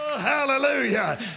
Hallelujah